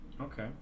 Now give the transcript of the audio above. Okay